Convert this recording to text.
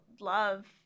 love